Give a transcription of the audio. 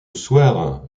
soir